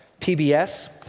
PBS